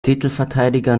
titelverteidiger